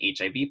HIV